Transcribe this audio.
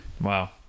wow